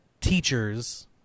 teachers